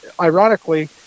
Ironically